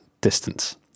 distance